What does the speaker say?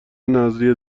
نذریه